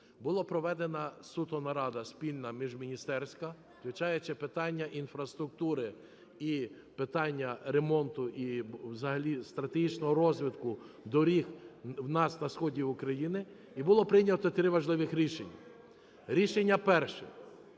була проведена суто нарада спільна міжміністерська, включаючи питання інфраструктури і питання ремонту і взагалі стратегічного розвитку доріг у нас на сході України. І було прийнято три важливих рішення. Рішення перше,